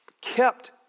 kept